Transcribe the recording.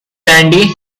randy